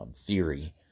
theory